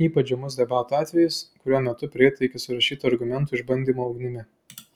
ypač žymus debatų atvejis kurio metu prieita iki surašytų argumentų išbandymo ugnimi